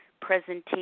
presentation